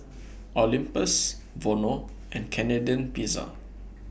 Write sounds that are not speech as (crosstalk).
(noise) Olympus Vono and Canadian Pizza